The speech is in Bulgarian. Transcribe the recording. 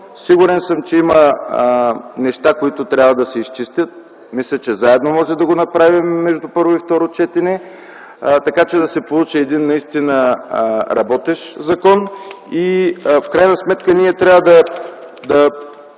Сигурен съм, че има неща, които трябва да се изчистят. Мисля, че заедно можем да го направим между първо и второ четене, така че да се получи един наистина работещ закон. В крайна сметка ние трябва да